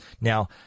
Now